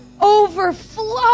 overflow